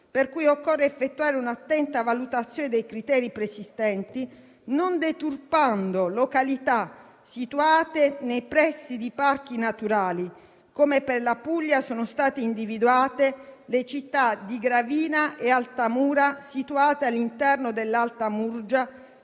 quindi effettuare un'attenta valutazione dei criteri preesistenti, non deturpando località situate nei pressi di parchi naturali, come avvenuto per la Puglia, dove sono state individuate le città di Gravina e Altamura, situate all'interno dell'Alta Murgia,